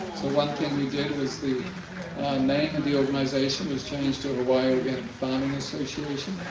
one thing we did was. the name of the organization was changed to hawaii organic farming association.